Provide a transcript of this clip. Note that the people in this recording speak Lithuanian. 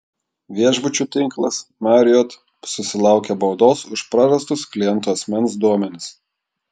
viešbučių tinklas marriott susilaukė baudos už prarastus klientų asmens duomenis